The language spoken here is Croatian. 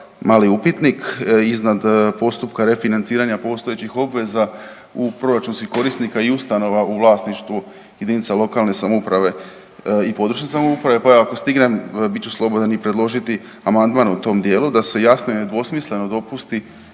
mali upitnik iznad postupka refinanciranja postojećih obveza proračunskih korisnika i ustanova u vlasništvu JLS i područne samouprave, pa evo ako stignem bit ću slobodan i predložiti amandman u tom dijelu da se jasno i nedvosmisleno dopusti